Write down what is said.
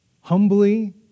humbly